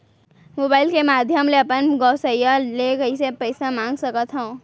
Mobile के माधयम ले अपन गोसैय्या ले पइसा कइसे मंगा सकथव?